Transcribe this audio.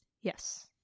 yes